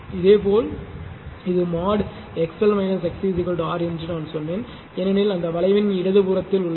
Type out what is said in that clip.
இதேபோல் இது mode XL XC R என்று நான் சொன்னேன் ஏனெனில் அந்த வளைவின் இடது புறத்தில் உள்ளது